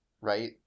Right